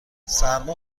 سرما